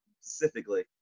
specifically